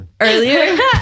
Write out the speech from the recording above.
Earlier